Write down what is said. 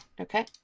okay